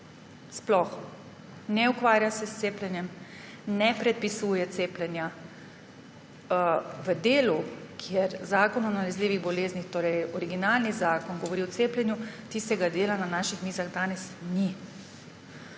Sploh. Ne ukvarja se s cepljenjem, ne predpisuje cepljenja. V delu, kjer Zakon o nalezljivih boleznih, torej originalni zakon, govori o cepljenju, tistega dela na naših mizah danes ni.